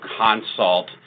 consult